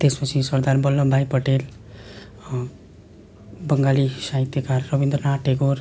त्यसपछि सरदार वल्लभ भाइ पटेल बङ्गाली साहित्यकार रवीन्द्रनाथ टेगोर